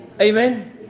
Amen